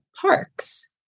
parks